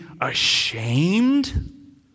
ashamed